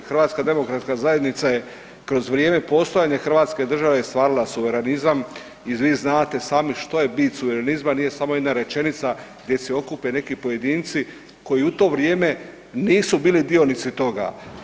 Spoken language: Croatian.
HDZ je kroz vrijeme postojanja hrvatske države ostvarila suverenizam i vi znate sami što je bit suverenizma, nije samo jedna rečenica gdje se okupe neki pojedinci koji u to vrijeme nisu bili dionici toga.